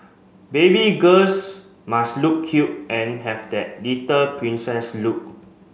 baby girls must look cute and have that little princess look